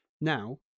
Now